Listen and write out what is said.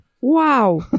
Wow